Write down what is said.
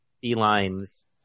felines